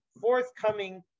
forthcoming